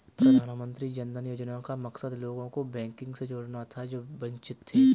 प्रधानमंत्री जन धन योजना का मकसद लोगों को बैंकिंग से जोड़ना था जो वंचित थे